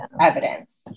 evidence